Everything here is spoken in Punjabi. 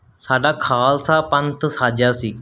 ਸਾਡਾ ਖਾਲਸਾ ਪੰਥ ਸਾਜਿਆ ਸੀ